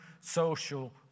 social